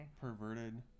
perverted